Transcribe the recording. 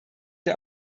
der